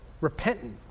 repentant